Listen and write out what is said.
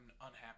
unhappy